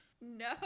No